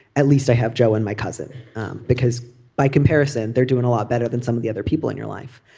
at least i have joe and my cousin because by comparison they're doing a lot better than some of the other people in your life.